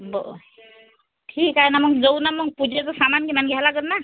बरं ठीक आहे ना मंग जाऊ ना मंग पूजेचा सामान बिमान घ्यावा लागेल ना